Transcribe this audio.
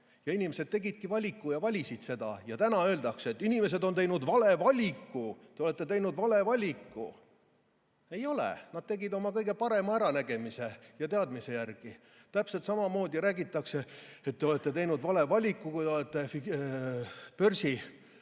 inimesed tegidki valiku ja valisid selle. Aga täna öeldakse, et inimesed on teinud vale valiku. Ei ole! Nad tegid valiku oma kõige parema äranägemise ja teadmise järgi. Täpselt samamoodi räägitakse, et te olete teinud vale valiku, kui olete